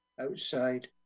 outside